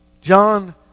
John